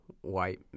white